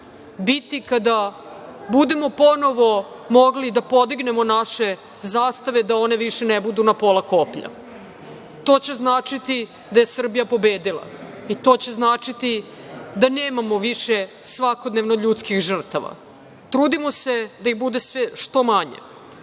biti kada budemo ponovo mogli da podignemo naše zastave, da one više ne budu na polja koplja. To će značiti da je Srbija pobedila i to će značiti da nemamo više svakodnevno ljudskih žrtava. Trudimo se da ih bude što manje,